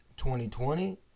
2020